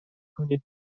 کنید